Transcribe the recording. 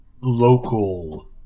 local